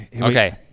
okay